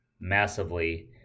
massively